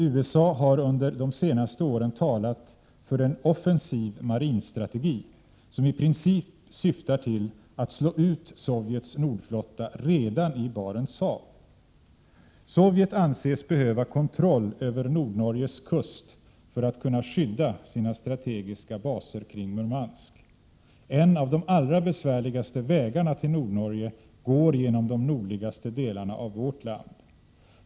USA har under de senaste åren talat för en offensiv marinstrategi, som i princip syftar till att slå ut Sovjets nordflotta redan i Barents hav. Sovjet anses behöva kontroll över Nordnorges kust för att kunna skydda sina strategiska baser kring Murmansk. En av de allra besvärligaste vägarna till Nordnorge går genom de nordligaste delarna av vårt land.